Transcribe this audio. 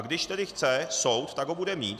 Když tedy chce soud, tak ho bude mít.